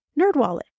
Nerdwallet